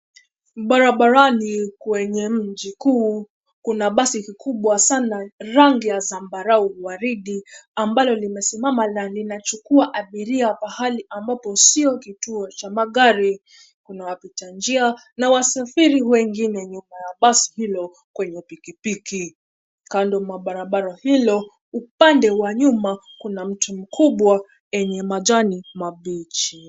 Barabani kwenye mji kuu kuna basi kikubwa sana, rangi ya zambarau waridi ambalo limesimama na linachukua abiria pahali ambapo sio kituo cha magari. Kuna wapita njia na wasafiri wengine nyuma ya basi hilo kwenye piki piki. Kando mwa barabara hilo upande wa nyuma kuna mti mkubwa enye majani mabichi.